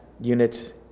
units